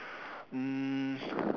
um